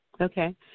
Okay